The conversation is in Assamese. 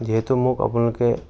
যিহেতু মোক আপোনালোকে